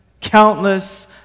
countless